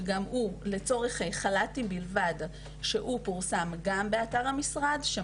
שגם הוא לצורך חל"תים בלבד שהוא פורסם גם באתר משרד הכלכלה.